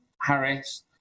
Harris